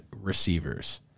receivers